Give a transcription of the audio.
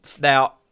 now